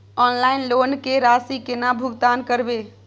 Online loan के राशि केना भुगतान करबे?